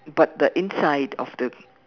but the inside of the